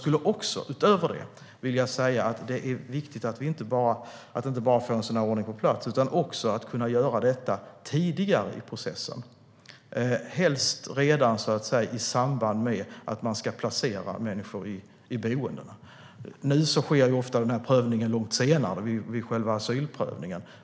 Utöver detta vill jag säga att det är viktigt att inte bara få en sådan ordning på plats utan också att bedömningen kan göras tidigare i processen, helst redan i samband med att människor ska placeras i boenden. Nu sker ofta prövningen långt senare vid själva asylprövningen.